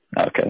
Okay